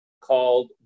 called